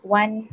one